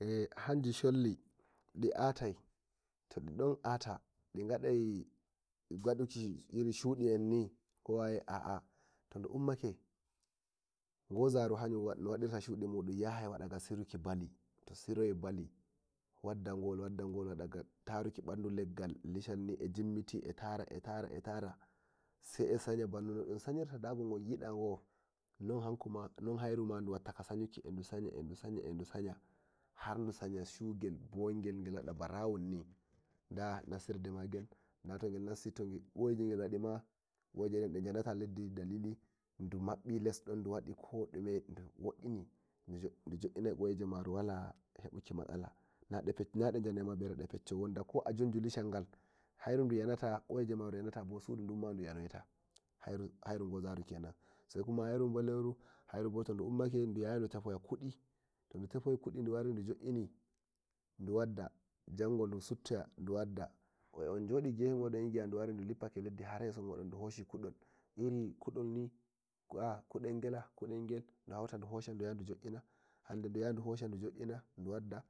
Eh hanji sholli di atai to ɗiɗon ata digadai wodiki irin shudi enni ko waye aa todi ummake gozaru hanyum no wadirta shudi mun yahai wadaga siruki bali to siroyi bali waddagol waddagol wadaga toruki bandu legal du watta ga sanyuki hardu sanya shugel bongel gel wada ba rawuma koyije den de yanata leddi dumabbi lesdon du woini du jo'inai koyeje maru wala hebiku matsala nade njanai ba bare de fecco hairu du yanata koyije maru yana hairu gozaru kenan sai hairu ɓoleru hairu bo todu ummake du yahai du tefowa kudu to du tefoyi kudi du warai du jo'ina du wadda janho du sutta du wadda eh anjodi se gi'on dun wari dun jibfake gefe modon du Hoshi kudol irin kudol ni aa kudel gel kudel ga du hauta du jo'ina du wadda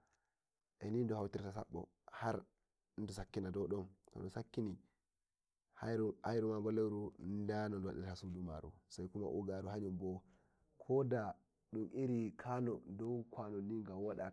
eh nidu hautirta sabbo hardu sakkina dau don hairuma boleru haurtirta sudu maru saikuma ugaru ko da dun irin dan kanowa gawodani.